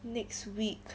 next week